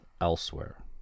elsewhere